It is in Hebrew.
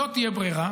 לא תהיה ברירה,